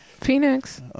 Phoenix